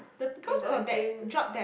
in the game